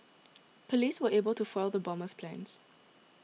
police were able to foil the bomber's plans